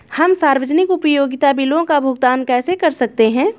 हम सार्वजनिक उपयोगिता बिलों का भुगतान कैसे कर सकते हैं?